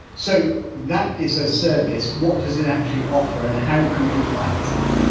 so that is a service. what does it actually offer and how can people access it?